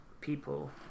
people